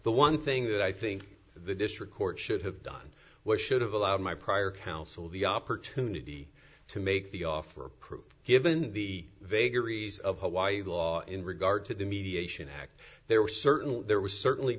the one thing that i think the district court should have done what should have allowed my prior counsel the opportunity to make the offer of proof given the vagaries of hawaii law in regard to the mediation act there were certainly there was certainly